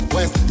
West